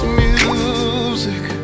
music